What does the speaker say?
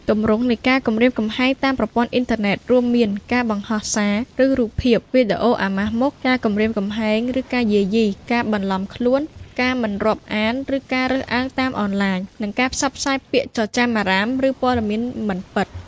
ទម្រង់នៃការគំរាមកំហែងតាមប្រព័ន្ធអ៊ីនធឺណិត រួមមាន ការបង្ហោះសារ ឬរូបភាព/វីដេអូអាម៉ាស់មុខ ការគំរាមកំហែង ឬការយាយី ការបន្លំខ្លួន ការមិនរាប់អាន ឬការរើសអើងតាមអនឡាញ និងការផ្សព្វផ្សាយពាក្យចចាមអារ៉ាម ឬព័ត៌មានមិនពិត។